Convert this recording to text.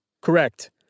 Correct